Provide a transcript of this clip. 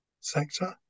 sector